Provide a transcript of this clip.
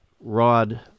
rod